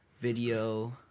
video